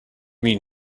mean